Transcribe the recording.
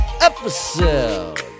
episode